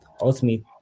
Ultimately